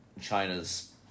China's